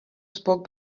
spoke